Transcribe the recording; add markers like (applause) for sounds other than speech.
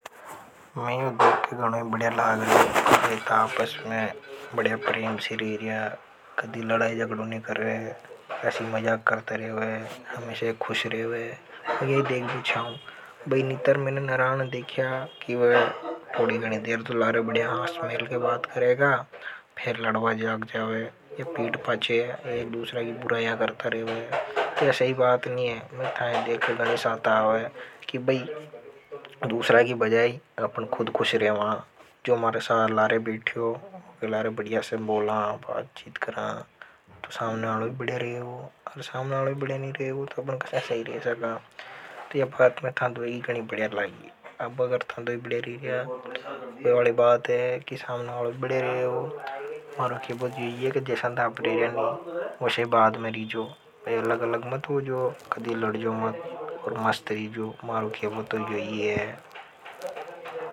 मैंने यो देख के गणों बढ़िया लाग़ रियो, (noise) प्रेम से रहे हूँ, कदी लड़ाई जगड़ों नहीं कर रहे हूँ। ऐसी मज़ाग करते रहे हूँ, हमेशे खुश रेवे मु भी यही देख भी चाहूँ। बई नितर मैंने नरान देखिया कि वे लार बढ़िया हास मिल के बात करेगा लड़बा लाग जावे या पीट पचे एक दूसरा की बुराइया करता रेवे या सही बात नि हे। खुद खुश रहे हूँ। जो मारे साथ लारे बिट्ठे हो। लारे बढ़िया से बोला, बात चीत करा, तो सामने आलो भी बड़े रहे हूँ, और सामने आलो भी बड़े नहीं रहे हूँ, तो अब हम का ऐसा ही रहे सका। तो यह बात था दोई की बदीया लागी अब अगर था दो बढ़े रिरिया वह बात है कि शामनालों बढ़े रह। मरो खेबो तो यो ही है। (unintelligible)